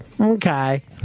Okay